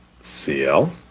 CL